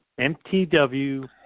MTW